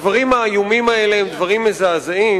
הדברים האיומים האלה הם דברים מזעזעים,